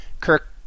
Kirk